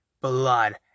blood